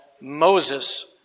Moses